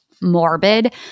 morbid